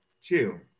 Chill